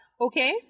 Okay